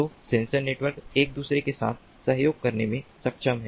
तो sensor node एक दूसरे के साथ सहयोग करने में सक्षम हैं